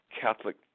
Catholic